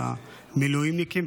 למילואימניקים,